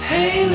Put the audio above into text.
Hey